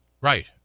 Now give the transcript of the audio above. Right